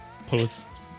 post